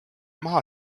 maha